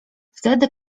wtedy